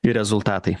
ir rezultatai